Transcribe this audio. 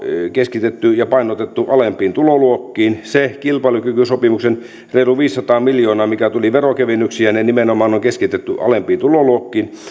keskitetty ja painotettu alempiin tuloluokkiin se kilpailukykysopimuksen reilu viisisataa miljoonaa mitä tuli verokevennyksiä nimenomaan on keskitetty alempiin tuloluokkiin